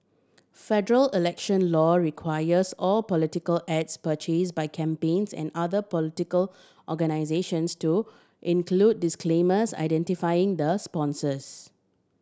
Federal election law requires all political ads purchased by campaigns and other political organisations to include disclaimers identifying the sponsors